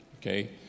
Okay